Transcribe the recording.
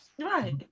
Right